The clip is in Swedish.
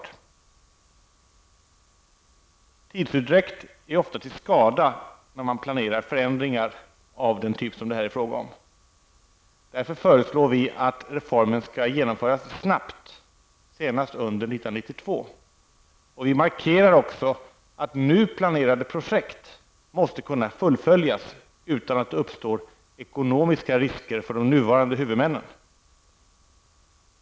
Stor tidsutdräkt är ofta till skada när man planerar förändringar av den typ som det här är fråga om. Därför föreslår vi att reformen skall genomföras snart, senast under 1992. Vi markerar också att nu planerade projekt måste kunna fullföljas utan att det uppstår ekonomiska risker för de nuvarande huvudmännen.